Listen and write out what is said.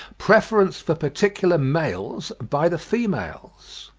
preference for particular males by the females.